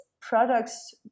products